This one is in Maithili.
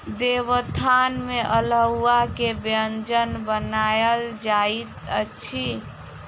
देवोत्थान में अल्हुआ के व्यंजन बनायल जाइत अछि